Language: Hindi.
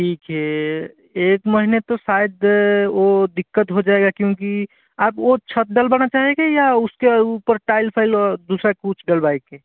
ठीक है एक महीने तो शायद वो दिक्कत हो जाएगा क्योंकि आप वो छत डलवाना चाहेंगे या उसके ऊपर टाईल फाइल दूसरा कुछ डलवाएंगे